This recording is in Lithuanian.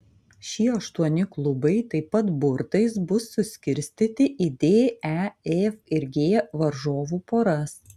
šie aštuoni klubai taip pat burtais bus suskirstyti į d e f ir g varžovų poras